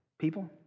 people